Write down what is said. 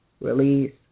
Release